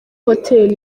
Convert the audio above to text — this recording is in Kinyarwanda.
hotel